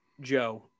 Joe